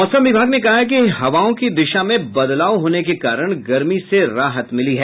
मौसम विभाग ने कहा है कि हवाओं की दिशा में बदलाव होने के कारण गर्मी से राहत मिली है